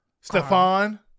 Stefan